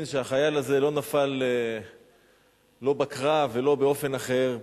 שהחייל הזה לא נפל לא בקרב ולא באופן אחר,